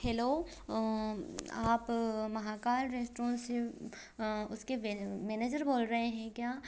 hello आप Mahakal restaurant से उसके मैनेजर बोल रहे हैं क्या